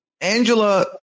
Angela